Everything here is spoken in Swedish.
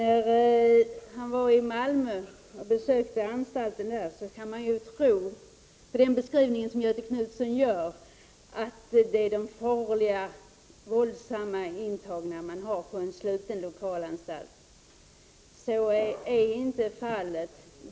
På den beskrivning han gör av den anstalt han var och besökte i Malmö kan man få intrycket att det är farliga, våldsamma intagna man har på en sluten lokalanstalt. Så är inte fal let.